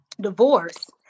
divorce